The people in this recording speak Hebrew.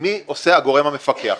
מה עושה הגורם המפקח.